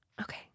Okay